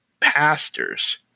pastors